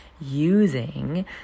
using